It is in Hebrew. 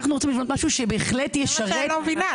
אנחנו רוצים לבנות משהו שבהחלט ישרת --- זה מה שאני לא מבינה.